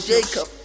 Jacob